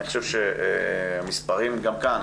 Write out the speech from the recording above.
גם כאן,